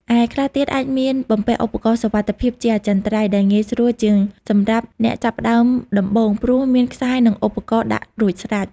ឯខ្លះទៀតអាចមានបំពាក់ឧបករណ៍សុវត្ថិភាពជាអចិន្ត្រៃយ៍ ដែលងាយស្រួលជាងសម្រាប់អ្នកចាប់ផ្តើមដំបូងព្រោះមានខ្សែនិងឧបករណ៍ដាក់រួចស្រេច។